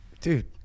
Dude